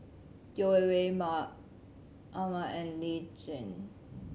Yeo Wei Wei Ahmad and Lee Tjin